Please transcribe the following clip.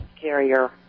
carrier